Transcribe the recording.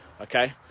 okay